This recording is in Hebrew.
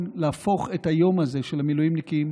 להפוך את היום הזה של המילואימניקים